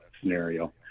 scenario